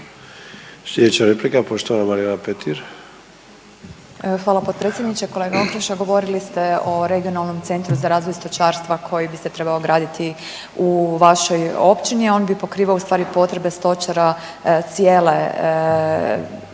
Marijana Petir. **Petir, Marijana (Nezavisni)** Hvala potpredsjedniče. Kolega Okroša, govorili ste o Regionalnom centru za razvoj stočarstva koji bi se trebao graditi u vašoj općini, a on bi pokrivao ustvari potrebe stočara cijele